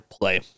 play